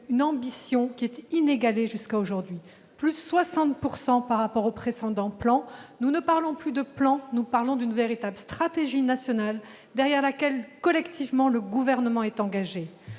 cette ambition a été inégalée jusqu'à aujourd'hui, avec une augmentation de 60 % par rapport aux précédents plans. Nous ne parlons plus de plan ; nous parlons d'une véritable stratégie nationale, derrière laquelle, collectivement, le Gouvernement est engagé.